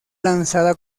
lanzada